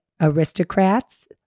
aristocrats